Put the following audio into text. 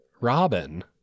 Robin